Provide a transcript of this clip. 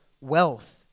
wealth